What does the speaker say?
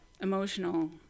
emotional